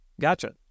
Gotcha